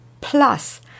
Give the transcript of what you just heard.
plus